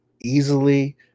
Easily